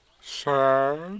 Sad